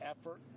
effort